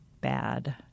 bad